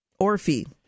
Orphe